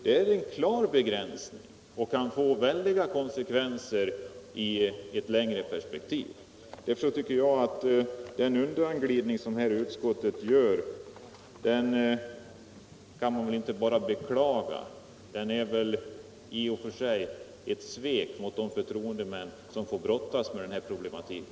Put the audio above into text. Det är en klar begränsning, som kan få mycket stora konsekvenser i ett längre perspektiv. Därför tycker jag att den undanglidning som utskottet här gör inte bara är att beklaga, den är också i och för sig ett svek mot de förtroendemän som får brottas 89 med denna problematik.